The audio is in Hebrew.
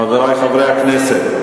הטרור היה שולט שם שליטה מוחלטת.